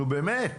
נו באמת.